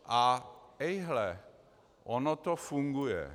A ejhle, ono to funguje.